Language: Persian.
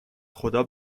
خدا